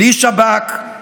בלי שב"כ,